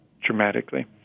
dramatically